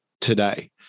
today